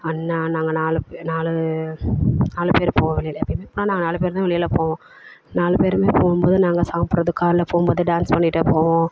அண்ணா நாங்கள் நாலு பே நாலு நாலு பேர் போவோம் வெளியில் எப்போயுமே போனால் நாங்கள் நாலு பேர் தான் வெளியில் போவோம் நாலு பேருமே போகும்போது நாங்கள் சாப்பிட்றது காரில் போகும்போது டான்ஸ் பண்ணிட்டே போவோம்